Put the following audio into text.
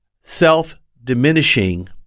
self-diminishing